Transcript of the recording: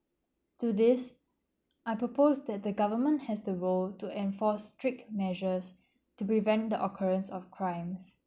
to this I propose that the government has the role to enforce strict measures to prevent the occurrence of crimes